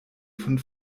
von